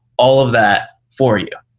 all of that for you.